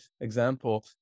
example